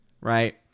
right